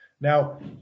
Now